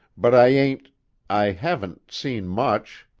but i ain't i haven't seen much.